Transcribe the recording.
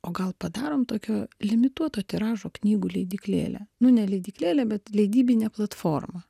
o gal padarom tokio limituoto tiražo knygų leidyklėlę nu ne leidyklėlę bet leidybinę platformą